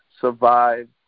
survive